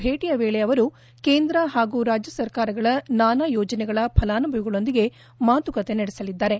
ಭೇಟಿಯ ವೇಳೆ ಅವರು ಕೇಂದ್ರ ಹಾಗೂ ರಾಜ್ಯ ಸರ್ಕಾರಗಳ ನಾನಾ ಯೋಜನೆಗಳ ಫಲಾನುಭವಿಗಳೊಂದಿಗೆ ಮಾತುಕತೆ ನಡೆಸಲಿದ್ದಾರೆ